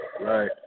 Right